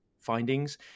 findings